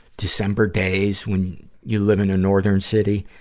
december days, when you live in a northern city,